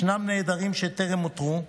ישנם נעדרים שטרם אותרו.